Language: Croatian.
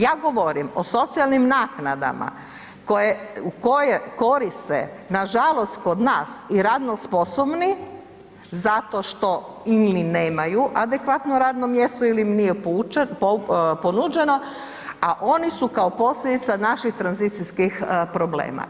Ja govorim o socijalnim naknadama koje koriste nažalost kod nas i radno sposobni zato što ili ni nemaju adekvatno radno mjesto ili im nije ponuđeno, a oni su kao posljedica naših tranzicijskih problema.